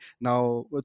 Now